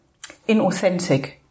inauthentic